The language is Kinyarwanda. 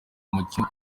umukino